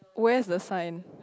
where's the sign